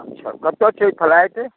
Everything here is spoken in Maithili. अच्छा कतौ छै फलैट